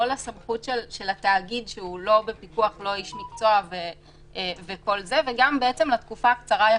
לא לסמכות של התאגיד שהוא לא בפיקוח וגם לתקופה הקצרה יחסית.